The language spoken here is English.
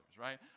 right